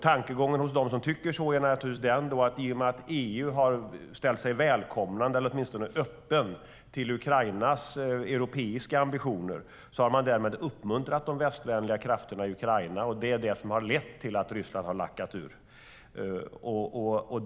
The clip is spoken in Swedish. Tankegången hos dem som tycker så är den att i och med att EU har ställt sig välkomnande eller åtminstone öppet till Ukrainas europeiska ambitioner har man uppmuntrat de västvänliga krafterna i Ukraina, och det är det som har lett till att Ryssland har lackat ur.